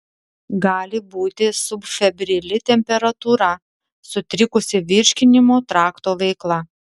gali būti subfebrili temperatūra sutrikusi virškinimo trakto veikla